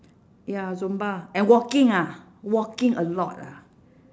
ya zumba and walking ah walking a lot ah